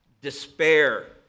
despair